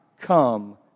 come